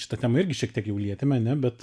šitą temą irgi šiek tiek jau lietėme ane bet